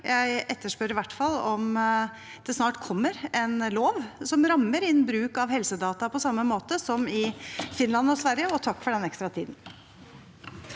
Jeg etterspør i hvert fall om det snart kommer en lov som rammer inn bruk av helsedata på samme måte som i Finland og Sverige. Presidenten